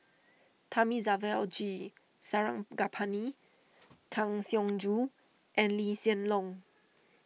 Thamizhavel G Sarangapani Kang Siong Joo and Lee Hsien Loong